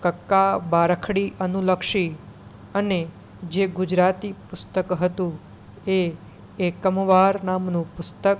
કક્કા બારાખડી અનુલક્ષી અને જે ગુજરાતી પુસ્તક હતું એ એકમવાર નામનું પુસ્તક